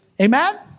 Amen